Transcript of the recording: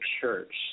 church